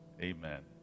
Amen